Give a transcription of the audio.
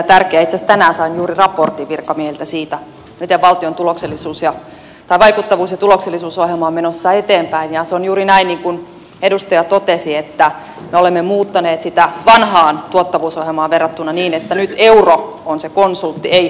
itse asiassa tänään sain juuri raportin virkamiehiltä siitä miten valtion vaikuttavuus ja tuloksellisuusohjelma on menossa eteenpäin ja se on juuri niin kuin edustaja totesi että me olemme muuttaneet sitä vanhaan tuottavuusohjelmaan verrattuna niin että nyt euro on se konsultti ei henkilötyövuosi